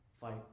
fight